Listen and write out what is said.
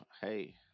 hey